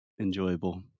enjoyable